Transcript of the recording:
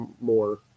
more